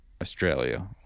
Australia